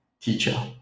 teacher